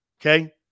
Okay